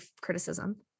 criticism